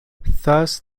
thus